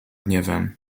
gniewem